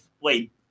wait